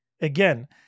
Again